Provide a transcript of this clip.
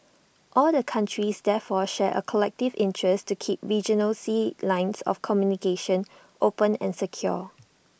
all countries therefore share A collective interest to keep regional sea lines of communication open and secure